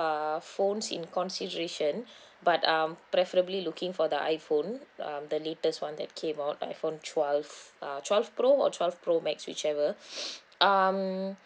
uh phones in consideration but um preferably looking for the iphone um the latest one that came out iphone twelve uh twelve pro or twelve pro max whichever um